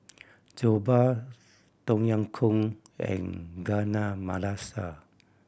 Jokbal Tom Yam Goong and Chana Masala